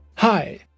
Hi